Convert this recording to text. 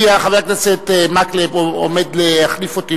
כי חבר הכנסת מקלב עומד להחליף אותי